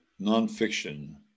Nonfiction